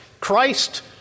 Christ